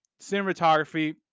Cinematography